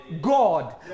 God